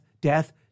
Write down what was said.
death